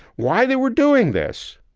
why they were doing this?